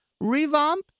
revamp